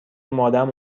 مادرم